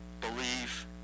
believe